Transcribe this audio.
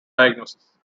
diagnosis